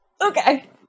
Okay